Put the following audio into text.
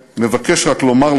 כשאנחנו נבדוק את